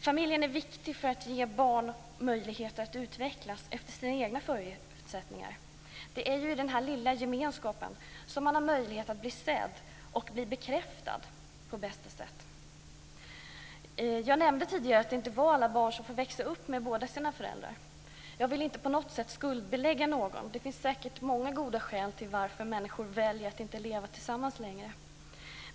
Familjen är viktig för att ge barn möjligheter att utvecklas efter sina egna förutsättningar. Det är ju i den lilla gemenskapen som man har möjlighet att bli sedd och bli bekräftad på bästa sätt. Jag nämnde tidigare att det inte är alla barn som får växa upp med båda sina föräldrar. Jag vill inte på något sätt skuldbelägga någon. Det finns säkert många goda skäl till varför människor väljer att inte leva tillsammans längre.